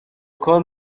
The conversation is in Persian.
کار